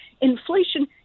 inflation